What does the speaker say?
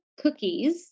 cookies